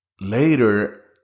later